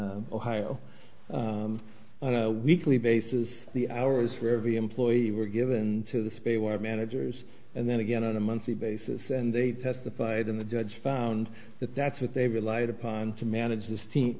in ohio on a weekly basis the hours for every employee were given to the space where managers and then again on a monthly basis and they testified and the judge found that that's what they relied upon to manage this team